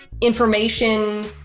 information